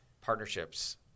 partnerships